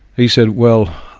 he said, well,